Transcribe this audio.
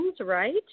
right